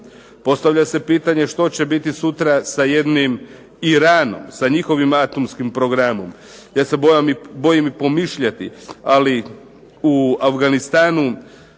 Postavlja se pitanje što će biti sutra sa jednim Iranom, sa njihovim atomskim programom. Ja se bojim i pomišljati ali u Afganistanu